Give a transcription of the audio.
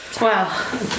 Wow